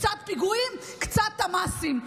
קצת פיגועים קצת תמ"סים.